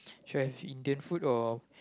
should I have Indian food or